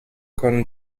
con